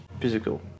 physical